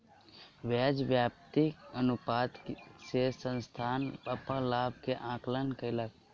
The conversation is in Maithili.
ब्याज व्याप्ति अनुपात से संस्थान अपन लाभ के आंकलन कयलक